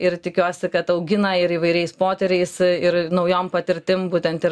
ir tikiuosi kad augina ir įvairiais potyriais ir naujom patirtim būtent ir